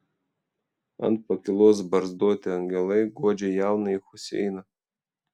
ant pakylos barzdoti angelai guodžia jaunąjį huseiną